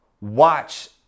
watch